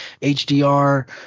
HDR